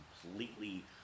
completely